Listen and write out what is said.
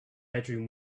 bedroom